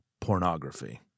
pornography